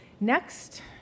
Next